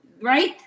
right